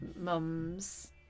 mums